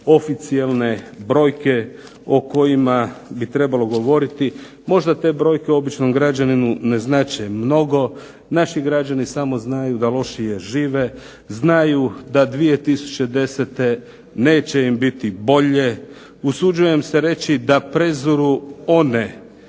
oficijelne brojke o kojima bi trebalo govoriti. Možda te brojke običnom građaninu ne znače mnogo. Naši građani znaju samo da lošije žive. Znaju da 2010. neće im biti bolje. Usuđujem se reći da preziru one,